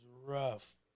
rough